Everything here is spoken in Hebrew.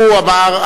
הוא אמר,